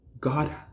God